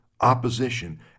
opposition